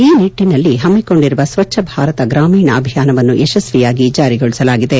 ಈ ನಿಟ್ಟನಲ್ಲಿ ಹಮ್ನಿಕೊಂಡಿರುವ ಸ್ವಚ್ಲ ಭಾರತ ಗ್ರಾಮೀಣ ಅಭಿಯಾನವನ್ನು ಯಶಸ್ವಿಯಾಗಿ ಜಾರಿಗೊಳಿಸಲಾಗಿದೆ